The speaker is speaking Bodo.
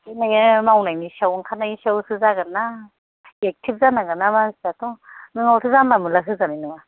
बे नोङो मावनायनि सायाव ओंखारनायनि सायावसो जागोनना एक्तिभ जानांगोनना मानसियाथ' नङाबाथ' जानला मानला होजानाय नङा